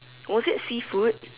was it seafood